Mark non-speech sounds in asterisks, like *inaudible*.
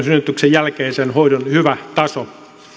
*unintelligible* synnytyksen jälkeisen hoidon hyvä taso